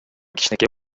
кичинекей